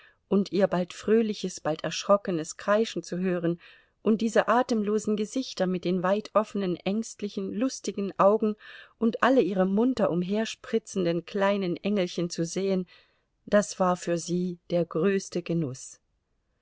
und ihr bald fröhliches bald erschrockenes kreischen zu hören und diese atemlosen gesichter mit den weit offenen ängstlichen lustigen augen und alle ihre munter umherspritzenden kleinen engelchen zu sehen das war für sie der größte genuß